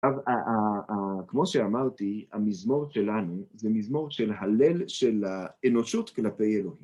כמו שאמרתי, המזמור שלנו זה מזמור של הלל של האנושות כלפי אלוהים.